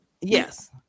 Yes